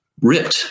Ripped